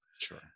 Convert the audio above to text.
sure